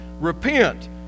Repent